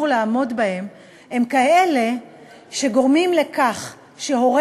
לעמוד בהם הם כאלה שגורמים לכך שהוא,